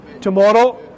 tomorrow